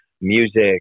music